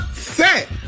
set